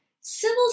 civil